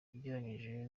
ugereranyije